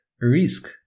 risk